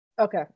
Okay